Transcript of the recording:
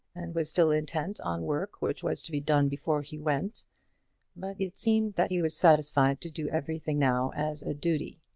and was still intent on work which was to be done before he went but it seemed that he was satisfied to do everything now as a duty,